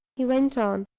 he went on,